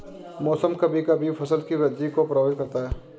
मौसम कभी कभी फसल की वृद्धि को प्रभावित करता है